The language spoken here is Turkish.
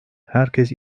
herkes